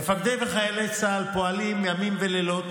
מפקדי צה"ל והחיילים פועלים ימים ולילות